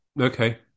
Okay